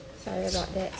sorry about that